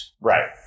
right